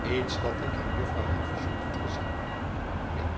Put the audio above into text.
iets dat ik aan jufvrouw havisham had gezien neen